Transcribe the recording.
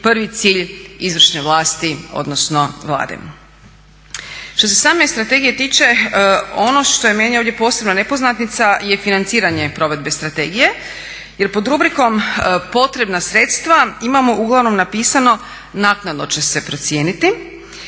prvi cilj izvršne vlasti, odnosno Vlade. Što se same strategije tiče ono što je meni ovdje posebno nepoznanica je financiranje provedbe strategije jer pod rubrikom potrebna sredstva imamo uglavnom napisano naknadno će se procijeniti